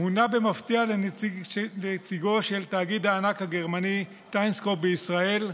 מונה במפתיע לנציגו של תאגיד הענק הגרמני טיסנקרופ בישראל,